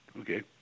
Okay